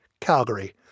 Calgary